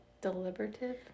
Deliberative